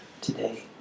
today